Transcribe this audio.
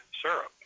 syrup